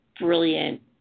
Brilliant